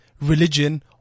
religion